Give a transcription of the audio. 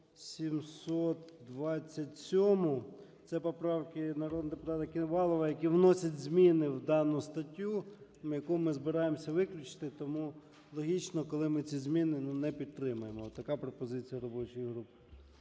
727-у – це поправки народного депутата Ківалова, які вносять зміни в дану статтю, яку ми збираємось виключити. Тому логічно, коли ми ці зміни не підтримаємо. Така пропозиція робочої групи